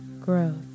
growth